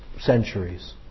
centuries